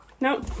No